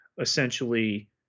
essentially